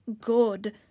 good